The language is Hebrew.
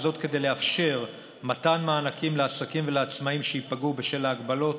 וזאת כדי לאפשר מתן מענקים לעסקים ולעצמאים שייפגעו בשל ההגבלות.